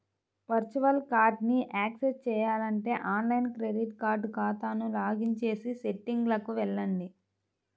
virtual కార్డ్ని access చేయాలంటే online credit card ఖాతాకు లాగిన్ చేసి సెట్టింగ్లకు వెళ్లండి